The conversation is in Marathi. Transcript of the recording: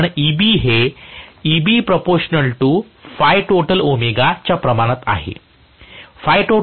कारण Eb हे च्या प्रमाणातआहे